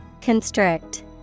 Constrict